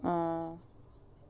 ah